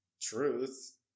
truth